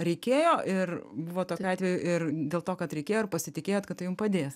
reikėjo ir buvo tokių atvejų ir dėl to kad reikėjo ir pasitikėjot kad tai jum padės